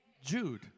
Jude